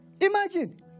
Imagine